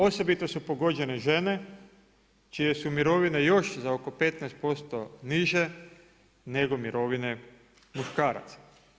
Osobito su pogođene žene čije su mirovine još za oko 15% niže, nego mirovine muškaraca.